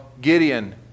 Gideon